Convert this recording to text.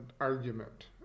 argument